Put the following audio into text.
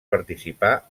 participar